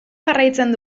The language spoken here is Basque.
jarraitzen